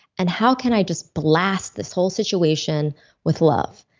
and how can i just blast this whole situation with love.